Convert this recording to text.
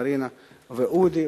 מרינה ואודי,